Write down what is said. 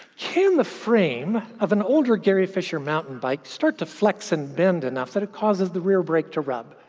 can the frame of an older gary fisher mountain bike start to flex and bend enough that it causes the rear break to rub?